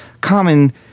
common